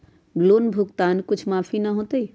Loan भुगतान में कुछ माफी न होतई?